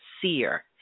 seer